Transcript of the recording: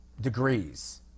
degrees